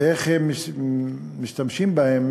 ואיך משתמשים בהם